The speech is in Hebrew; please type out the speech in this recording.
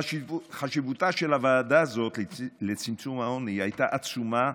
חשיבותה של הוועדה הזאת לצמצום העוני הייתה עצומה,